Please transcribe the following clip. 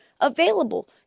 available